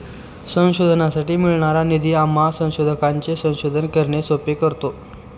संशोधनासाठी मिळणारा निधी आम्हा संशोधकांचे संशोधन करणे सोपे करतो